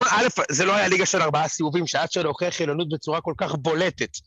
אלף, זה לא הייתה ליגה של ארבעה סיבובים שעד שנוכיח עליונות בצורה כל כך בולטת.